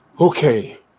okay